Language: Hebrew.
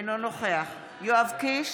אינו נוכח יואב קיש,